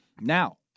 Now